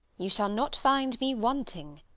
you shall not find me wanting,